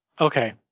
Okay